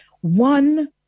One